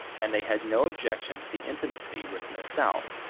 and they had no objection to the intimacy with miss south,